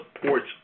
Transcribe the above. supports